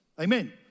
Amen